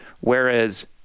Whereas